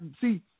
See